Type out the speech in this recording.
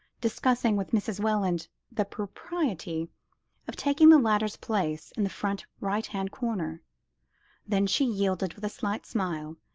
discussing with mrs. welland the propriety of taking the latter's place in the front right-hand corner then she yielded with a slight smile,